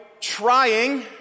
trying